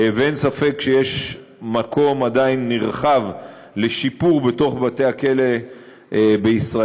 אין ספק שיש מקום נרחב לשיפור בתוך בתי-הכלא בישראל,